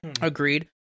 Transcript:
Agreed